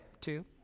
Two